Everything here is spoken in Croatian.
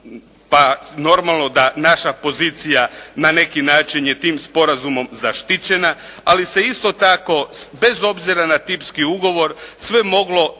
pa normalno da naša pozicija na neki način je tim sporazumom zaštićena, ali se isto tako bez obzira na tipski ugovor sve moglo daleko